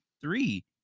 three